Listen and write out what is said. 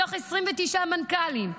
מתוך 29 מנכ"לים,